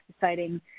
deciding